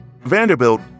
Vanderbilt